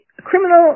criminal